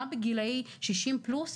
גם בגילאי 60 פלוס,